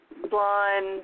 Blonde